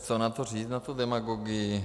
Co na to říct, na tu demagogii?